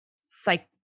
psych